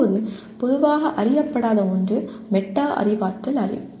இப்போது பொதுவாக அறியப்படாத ஒன்று மெட்டா அறிவாற்றல் அறிவு